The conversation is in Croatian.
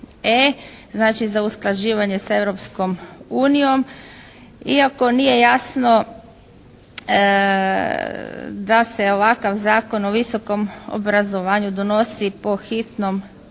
za usklađivanje sa Europskom unijom. Iako nije jasno da se ovakav Zakon o visokom obrazovanju donosi po hitnom postupku.